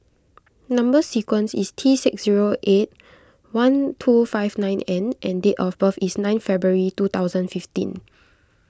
Number Sequence is T six zero eight one two five nine N and date of birth is nine February two thousand fifteen